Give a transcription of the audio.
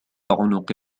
عنق